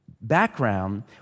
background